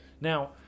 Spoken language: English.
now